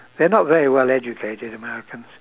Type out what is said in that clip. they're not very well educated americans